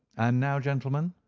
and now, gentlemen,